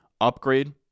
upgrade